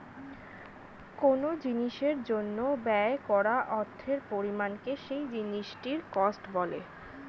কোন জিনিসের জন্য ব্যয় করা অর্থের পরিমাণকে সেই জিনিসটির কস্ট বলা হয়